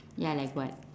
ya like what